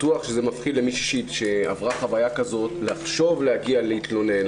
בטוח שזה מפחיד למישהי שעברה חוויה כזאת לחשוב להגיע להתלונן,